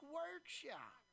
workshop